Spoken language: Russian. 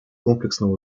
комплексного